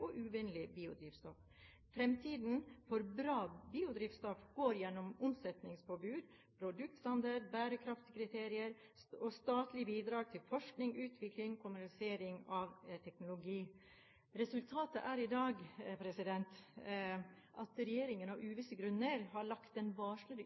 og uvennlig biodrivstoff! Fremtiden for bra biodrivstoff går gjennom omsetningspåbud, produktstandarder/bærekraftkriterier og statlige bidrag til forskning, utvikling og kommersialisering av teknologien.» Resultatet er i dag at regjeringen